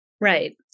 Right